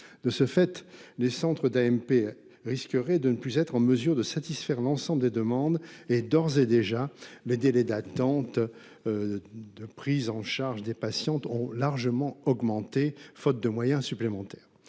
de ce fait, les centres d'AMP risquerait de ne plus être en mesure de satisfaire l'ensemble des demandes et d'ores et déjà le délai d'attente. De prise en charge des patientes ont largement augmenté, faute de moyens supplémentaires